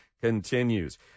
continues